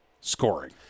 scoring